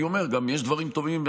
אני אומר, גם יש דברים טובים.